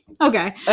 okay